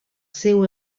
seu